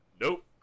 nope